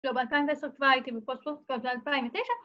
‫לא, ב-2010 כבר הייתי בפוסט דוק וב-2009